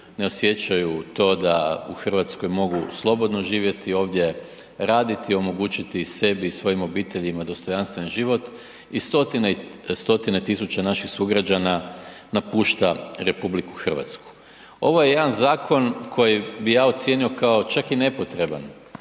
ne osjećaju to da u Hrvatskoj mogu slobodno živjeti ovdje, raditi omogućiti sebi i svojim obiteljima dostojanstven život i stotine, stotine tisuća naših sugrađana napušta RH. Ovo je jedan zakon koji bi ja ocijenio kao čak i nepotreban,